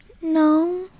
No